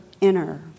inner